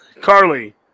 Carly